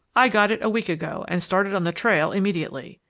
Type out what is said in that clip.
i got it a week ago and started on the trail immediately.